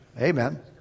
Amen